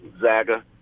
Zaga